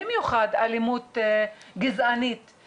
במיוחד אלימות גזענית,